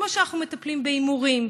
כמו שאנחנו מטפלים בהימורים,